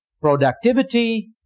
Productivity